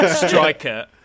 striker